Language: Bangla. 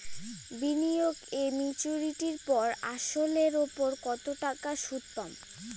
বিনিয়োগ এ মেচুরিটির পর আসল এর উপর কতো টাকা সুদ পাম?